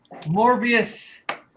Morbius